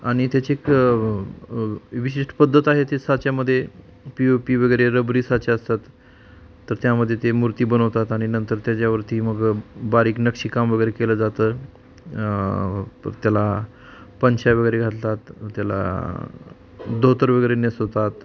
आणि त्याची एक विशिष्ट पद्धत आहे ते साच्यामध्ये पी ओ पी वगैरे रबरी साचे असतात तर त्यामध्ये ते मूर्ती बनवतात आणि नंतर त्याच्यावरती मग बारीक नक्षीकाम वगैरे केलं जातं ब् त्याला पंचा वगैरे घालतात त्याला धोतर वगैरे नेसवतात